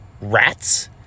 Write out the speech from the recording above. rats